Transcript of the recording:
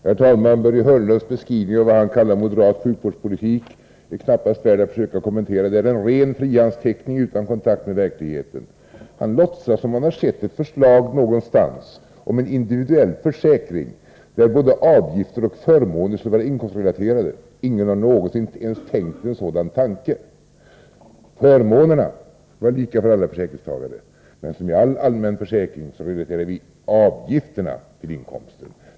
Herr talman! Börje Hörnlunds beskrivning av vad han kallar moderat sjukvårdspolitik är knappast värd en kommentar. Det är en ren frihandsteckning utan kontakt med verkligheten. Han låtsas som att han har sett ett förslag någonstans om individuell försäkring, där både avgifter och förmåner skulle vara inkomstrelaterade. Ingen har någonsin ens tänkt en sådan tanke. Förmånerna är lika för alla försäkringstagare, men som vid all allmän försäkring relaterar vi avgifterna till inkomsterna.